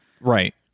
Right